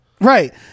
Right